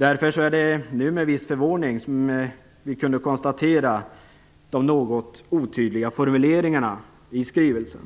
Därför är det med viss förvåning vi har konstaterat de något otydliga formuleringarna i skrivelsen.